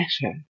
better